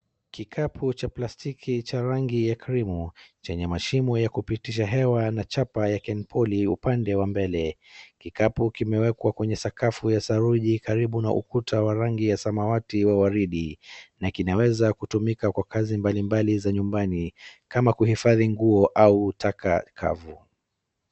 Kikapu cha plastiki cha rangi ya krimu chenye mashimo ya kupitisha hewa na chapa ya KENPOLY upande wa mbele. Kikapu kimewekwa kwenye sakafu ya saruji karibu na ukuta wa rangi ya samawati wa waridi na kinaweza kutumika kwa kazi mbalimbali za nyumbani kama kuhifadhi nguo au taka kavu.